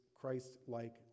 Christ-like